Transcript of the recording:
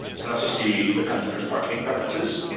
can also see the customer's marketing preferences.